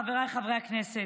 חבריי חברי הכנסת,